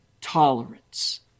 tolerance